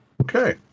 okay